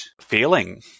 feeling